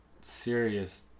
serious